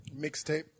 Mixtape